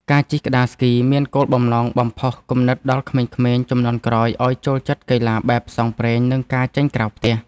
ការជិះក្ដារស្គីមានគោលបំណងបំផុសគំនិតដល់ក្មេងៗជំនាន់ក្រោយឱ្យចូលចិត្តកីឡាបែបផ្សងព្រេង និងការចេញក្រៅផ្ទះ។